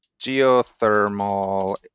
geothermal